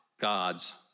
God's